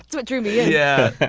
what drew me in! yeah,